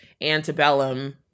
antebellum